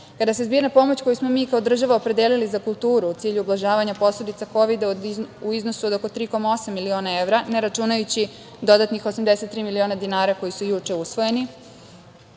Kada se zbirna pomoć koju smo mi kao država opredelili za kulturu u cilju ublažavanja posledica kovida u iznosu od oko 3,8 miliona evra, ne računajući dodatnim 83 miliona dinara koji su juče usvojeni,